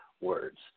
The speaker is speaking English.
words